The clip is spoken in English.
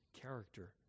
character